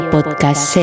Podcast